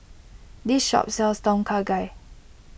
this shop sells Tom Kha Gai